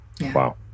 Wow